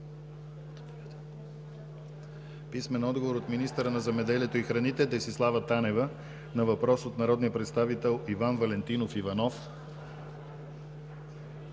писмен отговор от министъра на земеделието и храните Десислава Танева на въпрос от народния представител Иван Валентинов Иванов;